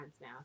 now